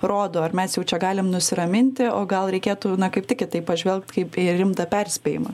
rodo ar mes jau čia galim nusiraminti o gal reikėtų kaip tik į tai pažvelgt kaip į rimtą perspėjimą